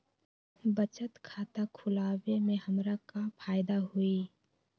बचत खाता खुला वे में हमरा का फायदा हुई?